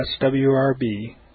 swrb